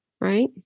right